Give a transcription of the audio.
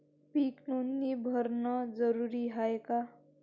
पीक नोंदनी भरनं जरूरी हाये का?